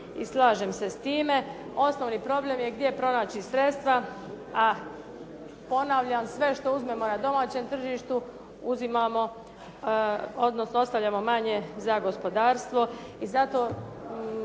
i slažem se s time. Osnovni problem je znači sredstva, a ponavljam sve što uzmemo na domaćem tržištu uzimamo, odnosno ostavljamo manje za gospodarstvo. I zato